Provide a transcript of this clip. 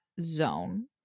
zone